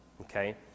Okay